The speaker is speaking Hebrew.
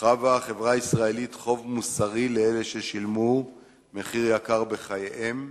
חבה החברה הישראלית חוב מוסרי לאלה ששילמו מחיר יקר בחייהם,